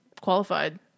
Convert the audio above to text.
qualified